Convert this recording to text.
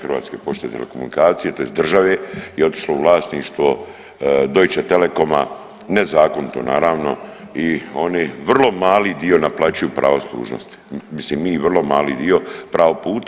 Hrvatske pošte i telekomunikacije tj. države i otišlo u vlasništvo Deutschetelekoma nezakonito naravno i oni vrlo mali dio naplaćuju pravo služnosti, mislim mi vrlo mali dio pravo puta.